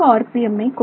M I கொண்டுள்ளன